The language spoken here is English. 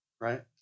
right